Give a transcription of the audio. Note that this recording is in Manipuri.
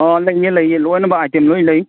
ꯑꯥ ꯂꯩꯌꯦ ꯂꯩꯌꯦ ꯂꯣꯏꯅꯃꯛ ꯑꯥꯏꯇꯦꯝ ꯂꯣꯏ ꯂꯩ